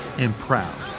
and proud.